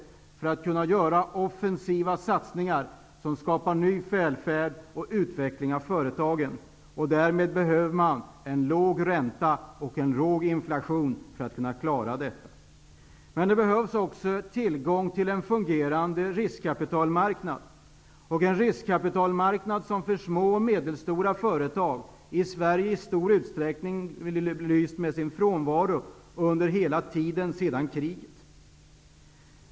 Det behövs för att man skall kunna göra offensiva satsningar som skapar utökad välfärd och utveckling av företag. För att kunna klara detta behövs en låg ränta och låg inflation. Det behövs också tillgång till en fungerande riskkapitalmarknad. Denna riskkapitalmarknad har för de små och medelstora företagen i stor utsträckning lyst med sin frånvaro här i Sverige sedan kriget.